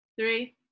three